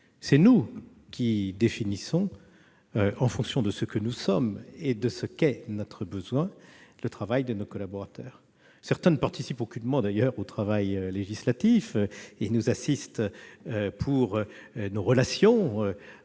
C'est nous qui définissons, en fonction de ce que nous sommes et de ce qu'est notre besoin, le travail de nos collaborateurs. Certains, d'ailleurs ne participent aucunement au travail législatif ; ils nous assistent dans nos relations